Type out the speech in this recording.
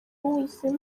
w’ubuzima